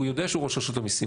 הוא יודע שהוא ראש רשות המיסים,